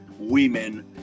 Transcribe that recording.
women